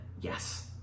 yes